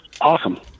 Awesome